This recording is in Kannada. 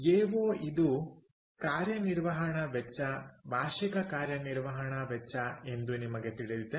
ಎಓ ಇದು ಕಾರ್ಯಾ ನಿರ್ವಹಣಾ ವೆಚ್ಚ ವಾರ್ಷಿಕ ಕಾರ್ಯಾ ನಿರ್ವಹಣಾ ವೆಚ್ಚ ಎಂದು ನಮಗೆ ತಿಳಿದಿದೆ